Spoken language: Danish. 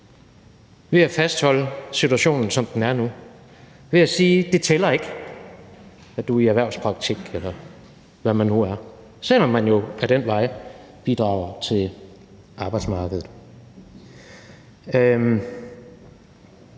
ved at fastholde situationen, som den er nu, ved at sige: Det tæller ikke, at du er i erhvervspraktik, eller hvad man nu er, selv om man jo ad den vej bidrager til arbejdsmarkedet.